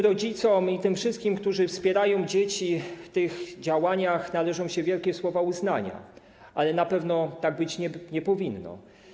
Rodzicom i wszystkim, którzy wspierają dzieci w tych działaniach, należą się wielkie słowa uznania, ale na pewno tak być nie powinno.